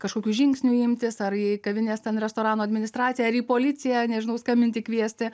kažkokių žingsnių imtis ar į kavinės ten restorano administraciją ar į policiją nežinau skambinti kviesti